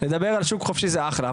לדבר על שוק חופשי זה אחלה,